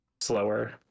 slower